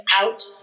out